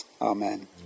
Amen